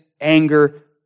anger